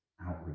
outreach